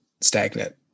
stagnant